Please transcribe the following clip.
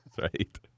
right